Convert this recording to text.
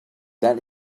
that